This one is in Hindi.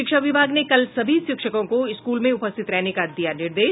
शिक्षा विभाग ने कल सभी शिक्षकों को स्कूल में उपस्थित रहने का दिया निर्देश